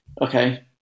Okay